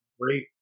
great